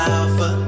Alpha